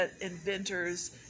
inventors